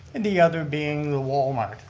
and the other being the walmart.